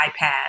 iPad